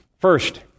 First